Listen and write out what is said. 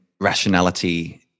rationality